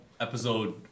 episode